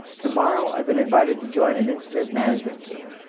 tomorrow, i've been invited to join an incident management team,